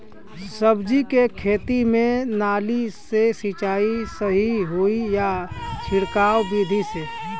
सब्जी के खेती में नाली से सिचाई सही होई या छिड़काव बिधि से?